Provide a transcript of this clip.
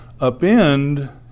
upend